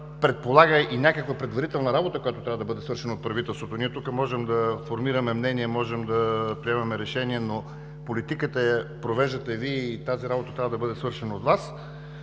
предполага и някаква предварителна работа, която трябва да бъде свършена от правителството. Ние тук можем да формираме мнения, можем да приемаме решения, но политиката я провеждате Вие и тази работа трябва да бъде свършена от Вас,